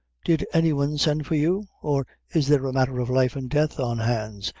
did any one send for you? or is there a matther of life and death on hands,